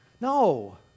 no